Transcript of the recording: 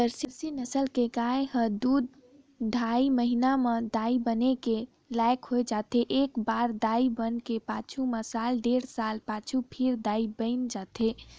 Jersey नसल के गाय ह दू ढ़ाई महिना म दाई बने के लइक हो जाथे, एकबार दाई बने के पाछू में साल डेढ़ साल पाछू फेर दाई बइन जाथे